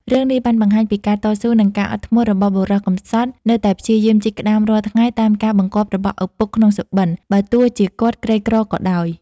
រឿងនេះបានបង្ហាញពីការតស៊ូ និងការអត់ធ្មត់របស់បុរសកំសត់នៅតែព្យាយាមជីកក្ដាមរាល់ថ្ងៃតាមការបង្គាប់របស់ឪពុកក្នុងសុបិន បើទោះជាគាត់ក្រីក្រក៏ដោយ។